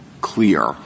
clear